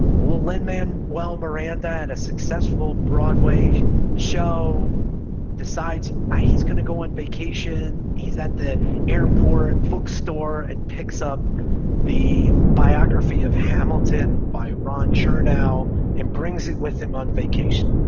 well, lin-manuel miranda had a successful broadway show decides ah he's going to go on vacation. he's at the airport bookstore and picks up the biography of hamilton by ron chernow and brings it with him on vacation.